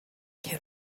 que